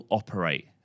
operate